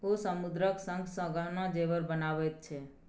ओ समुद्रक शंखसँ गहना जेवर बनाबैत छै